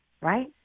right